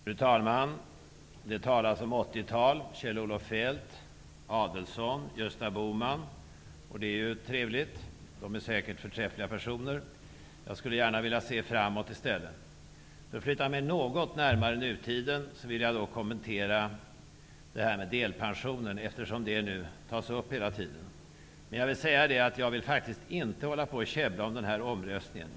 Fru talman! Det talas om 80-talet och om Kjell Olof Feldt, Ulf Adelsohn och Gösta Bohman. Det är trevligt -- de är säkert förträffliga personer. Jag skulle i stället gärna vilja se framåt. För att flytta mig något närmare nutiden vill jag kommentera frågan om delpensionen, eftersom den tas upp hela tiden. Jag vill faktiskt inte hålla på att käbbla om omröstningen.